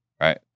right